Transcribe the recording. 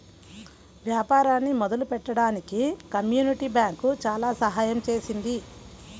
వ్యాపారాన్ని మొదలుపెట్టడానికి community bank చాలా సహాయం చేసింది